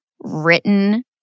written